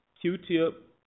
Q-Tip